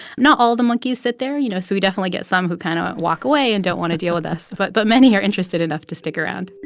not all the monkeys sit there, you know, so we definitely get some who kind of walk away and don't want to deal with us. but but many are interested enough to stick around